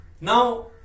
Now